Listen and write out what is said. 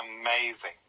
amazing